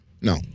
no